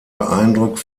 beeindruckt